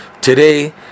Today